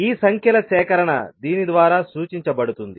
ఈ సంఖ్యల సేకరణ దీని ద్వారా సూచించబడుతుంది